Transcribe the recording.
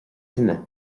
tine